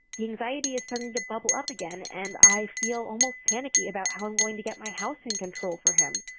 anxiety is starting to bubble up again and i feel almost panicky about how i'm going to get my house in control for him.